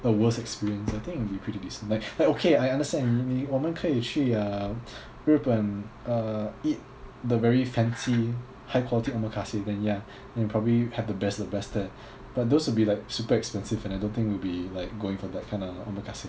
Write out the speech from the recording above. the worst experience I think it'll be pretty decent like like okay I understand 你你我们可以去 uh 日本 uh eat the very fancy high quality omakase then ya then you probably had the best of the best there but those will be like super expensive and I don't think we'll be like going for that kind of omakase